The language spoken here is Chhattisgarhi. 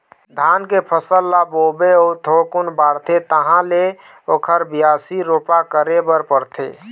धान के फसल ल बोबे अउ थोकिन बाढ़थे तहाँ ले ओखर बियासी, रोपा करे बर परथे